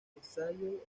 ensayo